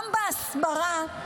גם בהסברה,